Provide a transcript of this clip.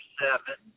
seven